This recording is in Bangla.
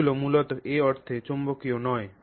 এগুলি মূলত এ অর্থে চৌম্বকীয় নয়